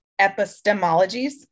epistemologies